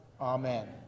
Amen